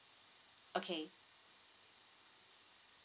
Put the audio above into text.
okay